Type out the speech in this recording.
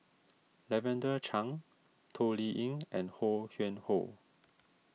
Lavender Chang Toh Liying and Ho Yuen Hoe